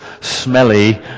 smelly